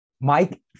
Mike